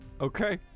Okay